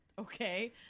Okay